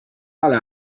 ale